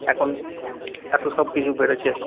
এখন এত সব কিছু বেড়েছে